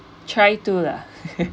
try to lah